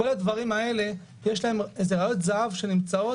כל הדברים האלה הן ראיות זהב שנמצאות.